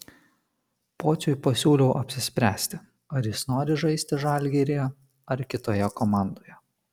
pociui pasiūliau apsispręsti ar jis nori žaisti žalgiryje ar kitoje komandoje